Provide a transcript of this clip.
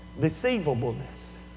Deceivableness